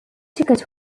ticket